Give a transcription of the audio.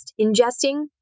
ingesting